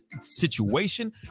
situation